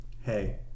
hey